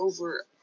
over